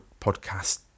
podcast